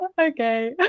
Okay